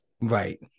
Right